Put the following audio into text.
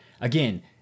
Again